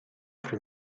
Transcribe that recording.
for